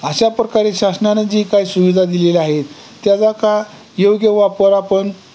अशा प्रकारे शासनाने जी काय सुविधा दिलेल्या आहेत त्याचा का योग्य वापर आपण